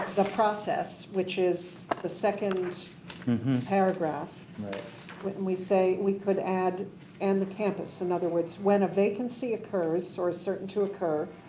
the process which is the second paragraph when we say we could add and the campus. in other words when a vacancy occurs or sort of certain to occur,